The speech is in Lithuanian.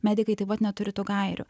medikai taip pat neturi tų gairių